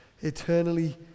eternally